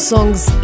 Songs